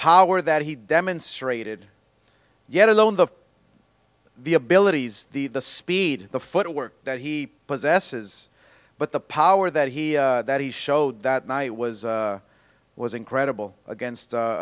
that he demonstrated yet alone the the abilities the speed the footwork that he possesses but the power that he that he showed that night was was incredible against a